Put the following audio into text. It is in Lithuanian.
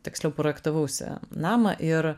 tiksliau projektavausi namą ir